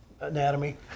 anatomy